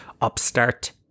upstart